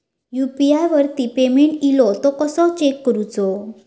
UPI वरती payment इलो तो कसो चेक करुचो?